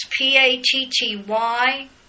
p-a-t-t-y